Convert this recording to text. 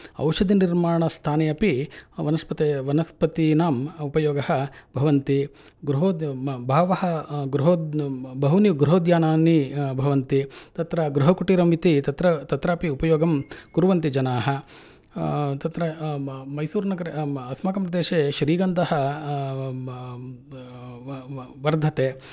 औषधिनिर्माणस्थाने अपि वनस्पति वनस्पतीनाम् उपयोगः भवन्ति गृहोद् बहवः गृहोद् बहूनि गृहोद्यानानि भवन्ति तत्र गृहकुटीरम् इति तत्र तत्रापि उपयोगं कुर्वन्ति जनाः तत्र मैसूरुनगरे अस्माकं प्रदेशे श्रीगन्धः वर्धते